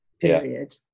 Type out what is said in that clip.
period